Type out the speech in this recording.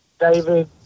David